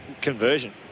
conversion